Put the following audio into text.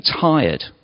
tired